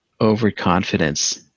overconfidence